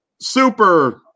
super